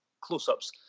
close-ups